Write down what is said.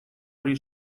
hori